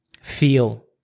feel